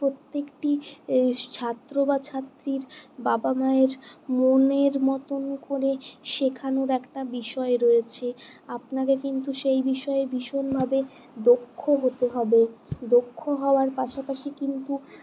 প্রত্যেকটি ছাত্র বা ছাত্রীর বাবা মায়ের মনের মতো করে শেখানোর একটা বিষয় রয়েছে আপনাকে কিন্তু সেই বিষয়ে ভীষণভাবে দক্ষ হতে হবে দক্ষ হওয়ার পাশাপাশি কিন্তু